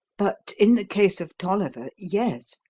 but in the case of tolliver yes.